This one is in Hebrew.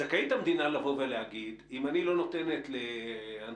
זכאית המדינה להגיד: "אם אני לא נותנת לאנדרי